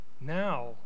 now